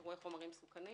אירועי חומרים מסוכנים